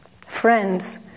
Friends